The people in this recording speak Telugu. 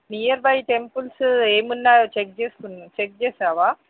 నియర్ బై టెంపుల్స్ ఏమున్నాయో చెక్ చేసు చెక్ చేసావా